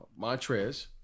Montrez